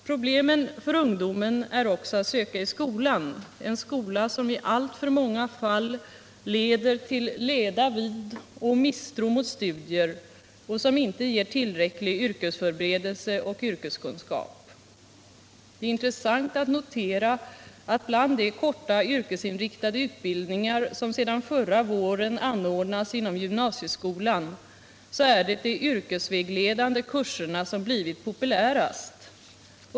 Problemen för ungdomen är också att söka i skolan, en skola som i alltför många fall skapar leda vid och misstro mot studier och som inte ger tillräcklig yrkesförberedelse och yrkeskunskap. Det är intressant att notera att bland de korta yrkesinriktade utbildningar som sedan förra våren anordnas inom gymnasieskolan har de yrkesvägledande kurserna blivit populärast.